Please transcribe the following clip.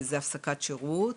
זה הפסקת שירות,